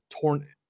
torn